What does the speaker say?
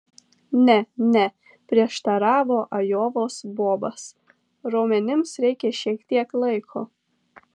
ne ne prieštaravo ajovos bobas raumenims reikia šiek tiek laiko